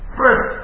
first